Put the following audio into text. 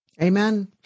Amen